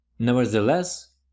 Nevertheless